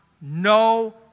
No